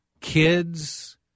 kids